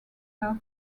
help